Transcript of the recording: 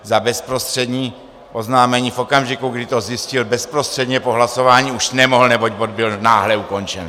Za bezprostřední oznámení v okamžiku, kdy to zjistil, bezprostředně po hlasování už nemohl, neboť bod byl náhle ukončen.